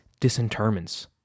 disinterments